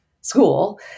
school